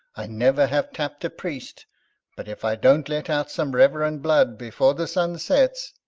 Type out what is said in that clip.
i never have tapped a priest but if i don't let out some reverend blood before the sun sets,